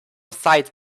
sight